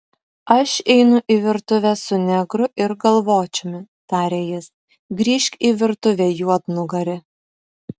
aš einu į virtuvę su negru ir galvočiumi tarė jis grįžk į virtuvę juodnugari